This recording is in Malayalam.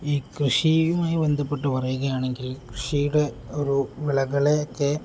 ഈ കൃഷിയുമായി ബന്ധപ്പെട്ടു പറയുകയാണെങ്കിൽ കൃഷിയുടെ ഒരു വിളകളെയൊക്കെ